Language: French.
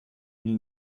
ils